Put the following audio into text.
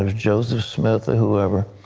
ah joseph smith, whoever.